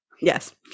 Yes